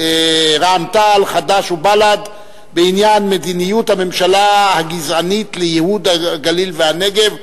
חד"ש ובל"ד בעניין מדיניות הממשלה הגזענית לייהוד הגליל והנגב,